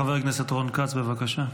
חבר הכנסת רון כץ, בבקשה.